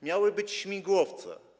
Miały być śmigłowce.